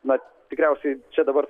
na tikriausiai čia dabar